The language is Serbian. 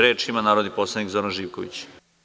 Reč ima narodni poslanik Zoran Živković.